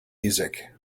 music